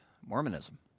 Mormonism